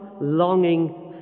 longing